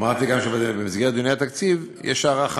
אמרתי שבמסגרת דיוני התקציב יש הארכה.